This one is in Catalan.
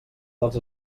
dels